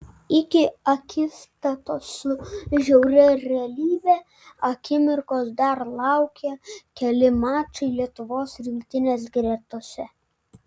iki akistatos su žiauria realybe akimirkos dar laukė keli mačai lietuvos rinktinės gretose